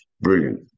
Brilliant